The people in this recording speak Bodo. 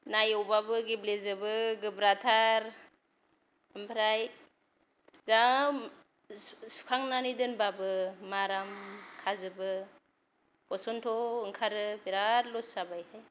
ना एउनायाबो गेब्ले जोबो गोब्राथार आमफ्राय जा सुखांनान दोनब्लाबो माराम खाजोबो बसनथ' ओंखारो बेराद लस जाबाय